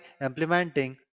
implementing